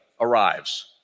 arrives